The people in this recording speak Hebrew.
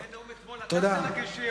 לא, אחרי נאום אתמול אתה צריך להגיש אי-אמון.